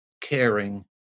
caring